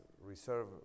reserve